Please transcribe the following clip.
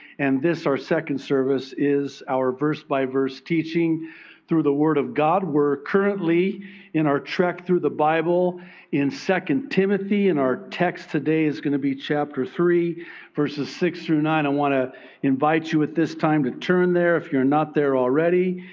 and this our second service is our verse by verse teaching through the word of god. we're currently in our trek through the bible in second timothy and our text today is going to be chapter three verses six through nine. i want to invite you at this time to turn there if you're not there already.